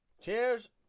Cheers